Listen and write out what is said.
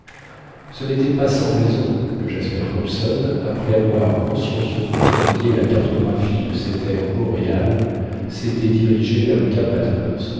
ce n'était pas sans raison que jasper hobson après avoir consciencieusement étudié la cartographie de ces terres boréales s'était dirigé vers le cap